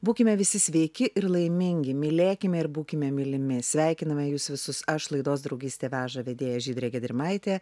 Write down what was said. būkime visi sveiki ir laimingi mylėkime ir būkime mylimi sveikiname jus visus aš laidos draugystė veža vedėja žydrė gedrimaitė